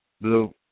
Blue